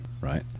right